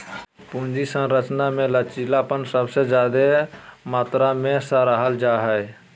पूंजी संरचना मे लचीलापन सबसे ज्यादे मात्रा मे सराहल जा हाई